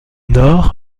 nord